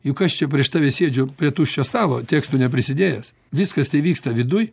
juk aš čia prieš tave sėdžiu prie tuščio stalo tekstų neprisidėjęs viskas tai vyksta viduj